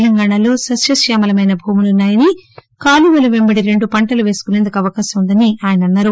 తెలంగాణలో సస్కశ్యామలమైన భూములున్నాయని కాలువల వెంబడి రెండు పంటలు పేసుకుసేందుకు అవకాశముందని ఆయన అన్నారు